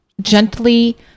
gently